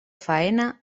faena